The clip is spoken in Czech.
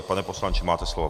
Pane poslanče, máte slovo.